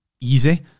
easy